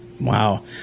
Wow